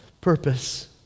Purpose